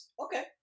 Okay